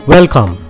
Welcome